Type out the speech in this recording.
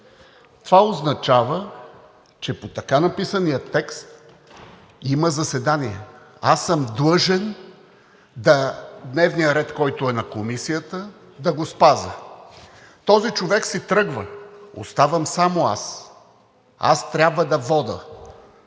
Това означава, че по така написания текст има заседание. Аз съм длъжен дневния ред, който е на Комисията, да го спазя. Този човек си тръгва, оставам само аз, трябва да водя